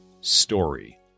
story